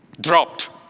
dropped